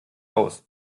aus